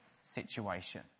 situation